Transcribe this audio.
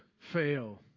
fail